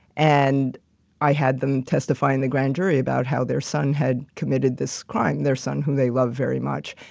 and i had them testify in the grand jury about how their son had committed this crime, their son who they loved very much.